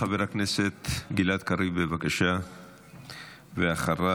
חבר הכנסת גלעד קריב, בבקשה, ואחריו,